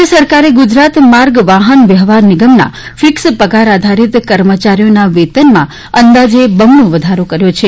રાજ્ય સરકારે ગુજરાત માર્ગ વાહન વ્યવહાર નિગમના ફિક્સ પગાર આધારિત કર્મચારીઓના વેતનમાં અંદાજે બમણો વધારો કર્યો છે